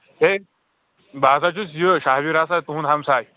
ہے بہٕ ہَسا چھُس یہِ صابِر ہَسا تُہُنٛد ہَمساے